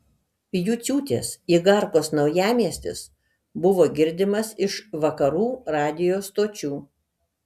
juciūtės igarkos naujamiestis buvo girdimas iš vakarų radijo stočių